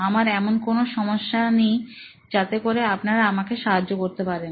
আমার এমন কোনো সমস্যা নেই যাতে করে আপনার আমাকে সাহায্য করতে পারেন